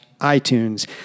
iTunes